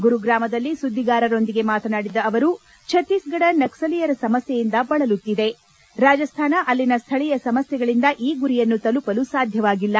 ಗುರುಗ್ರಾಮದಲ್ಲಿ ಸುದ್ದಿಗಾರರೊಂದಿಗೆ ಮಾತನಾಡಿದ ಅವರು ಛತ್ತೀಸ್ಗಢ ನಕ್ಸಲೀಯರ ಸಮಸ್ನೆಯಿಂದ ಬಳಲುತ್ತಿದೆ ರಾಜಸ್ತಾನ ಅಲ್ಲಿನ ಸ್ನಳೀಯ ಸಮಸ್ನೆಗಳಿಂದ ಈ ಗುರಿಯನ್ನು ತಲುಪಲು ಸಾಧ್ಯವಾಗಿಲ್ಲ